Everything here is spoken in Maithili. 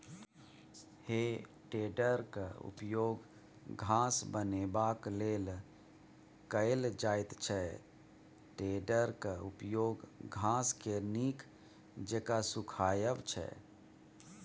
हे टेडरक उपयोग घास बनेबाक लेल कएल जाइत छै टेडरक उपयोग घासकेँ नीक जेका सुखायब छै